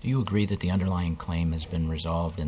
you agree that the underlying claim has been resolved in